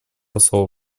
посол